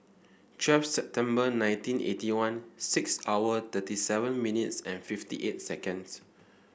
twelve September nineteen eighty one six hour thirty seven minutes and fifty eight seconds